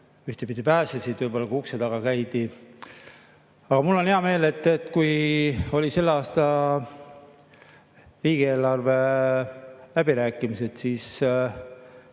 ühtepidi pääsesid, võib-olla ka ukse taga käidi. Aga mul on hea meel, et kui olid selle aasta riigieelarve läbirääkimised, siis